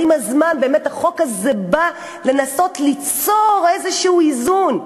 אבל עם הזמן באמת החוק הזה בא לנסות ליצור איזשהו איזון.